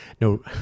no